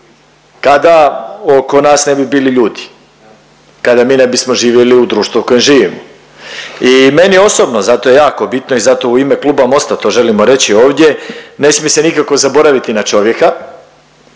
kada oko nas ne bi bili ljudi. Kada mi ne bismo živjeli u društvu u kojem živimo i meni je osobno, zato je jako bitno i zato u ime Kluba Mosta to želimo reći ovdje, ne smije se nikako zaboraviti na čovjeka,